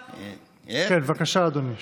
בבקשה, אדוני.